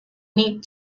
need